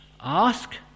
Ask